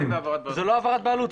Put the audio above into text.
זאת לא העברת בעלות.